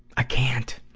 i can't!